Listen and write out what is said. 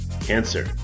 cancer